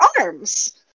arms